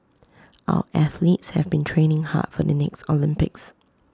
our athletes have been training hard for the next Olympics